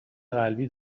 قلبی